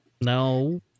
No